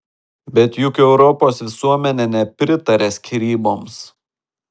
bet juk europos visuomenė nepritaria skyryboms